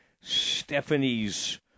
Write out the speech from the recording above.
Stephanie's